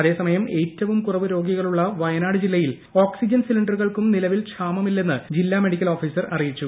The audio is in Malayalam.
അതേസമയം ഏറ്റവും കുറവ് രോഗികളുള്ള വയനാട് ജില്ലയിൽ ഓക്സിജൻ സിലിണ്ടറുകൾക്കും നിലവിൽ ക്ഷാമമില്ലെന്ന് ജില്ലാ മെഡിക്കൽ ഓഫീസർ അറിയിച്ചു